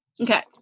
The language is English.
Okay